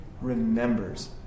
remembers